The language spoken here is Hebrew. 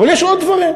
אבל יש עוד דברים.